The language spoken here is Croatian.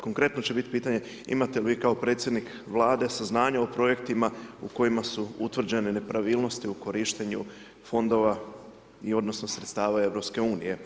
Konkretno će biti pitanje, imate li kao predsjednik Vlade saznanja o projektima u kojima su utvrđene nepravilnosti o korištenju fondova i odnosa sredstava EU.